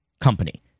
company